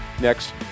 next